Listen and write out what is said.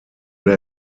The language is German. der